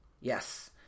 Yes